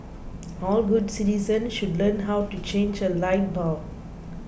all good citizens should learn how to change a light bulb